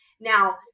Now